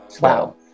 wow